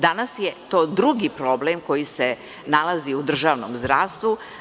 Danas je to drugi problem koji se nalazi u držanom zdravstvu.